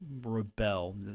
rebel